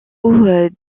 haut